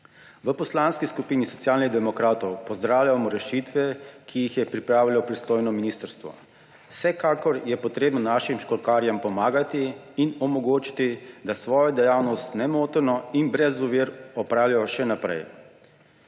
V Poslanski skupini Socialnih demokratov pozdravljamo rešitve, ki jih je pripravilo pristojno ministrstvo. Vsekakor je treba našim školjkarjem pomagati in omogoči, da svojo dejavnost nemoteno in brez ovir opravijo še naprej.